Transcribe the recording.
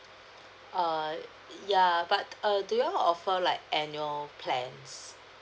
err yeah but uh do you all offer like annual plans